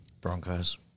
Broncos